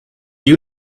you